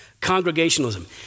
Congregationalism